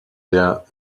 der